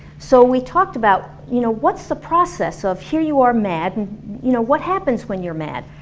so we talked about, you know, what's the process of here you are, mad. you know, what happens when you're mad?